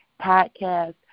podcast